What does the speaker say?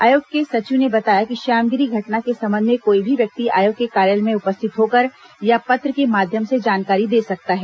आयोग के सचिव ने बताया कि श्यामगिरी घटना के संबंध में कोई भी व्यक्ति आयोग के कार्यालय में उपस्थित होकर या पत्र के माध्यम से जानकारी दे सकता है